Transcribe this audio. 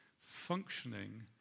functioning